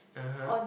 (uh huh)